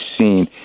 seen